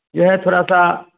जो है थोड़ा सा